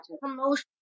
promotion